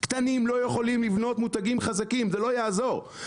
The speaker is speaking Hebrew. קטנים לא יכולים לבנות מותגים חזקים זה לא יעזור,